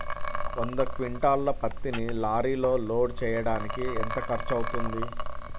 వంద క్వింటాళ్ల పత్తిని లారీలో లోడ్ చేయడానికి ఎంత ఖర్చవుతుంది?